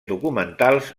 documentals